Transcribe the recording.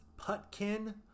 Putkin